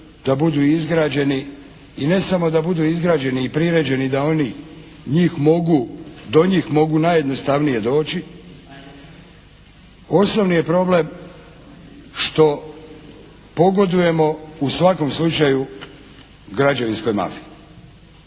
da budu izgrađeni i ne samo da budu izgrađeni i priređeni da oni njih mogu, do njih mogu najjednostavnije doći, osnovni je problem što pogodujemo u svakom slučaju građevinskoj mafiji,